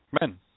men